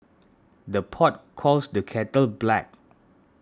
the pot calls the kettle black